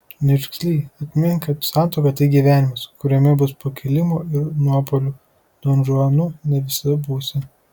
niurgzly atmink kad santuoka tai gyvenimas kuriame bus pakilimų ir nuopuolių donžuanu ne visada būsi